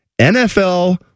NFL